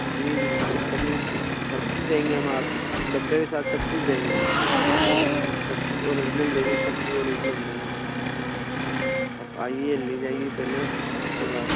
جی جی جی کمپنی سب چیز دیں گے ہم آپ کو ڈبے کے ساتھ سب چیز دیں گے ہم سب چیز اوریجنل دیں گے سب چیز اوریجنل دیں گے ہم آپ کو آپ آئیے لے جائیے پہلے اس کے بعد